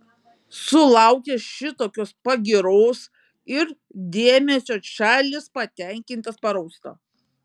sulaukęs šitokios pagyros ir dėmesio čarlis patenkintas parausta